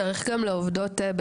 צריך לדאוג גם